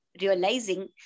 realizing